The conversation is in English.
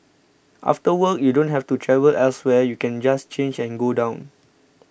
after work you don't have to travel elsewhere you can just change and go down